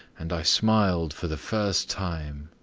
and i smiled for the first time.